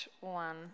one